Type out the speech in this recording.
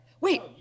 Wait